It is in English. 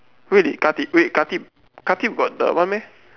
really Khatib wait Khatib Khatib got the what meh